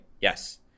Yes